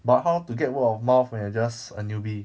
but how to get word of mouth when you're just a newbie